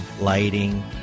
lighting